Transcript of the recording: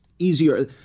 Easier